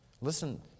Listen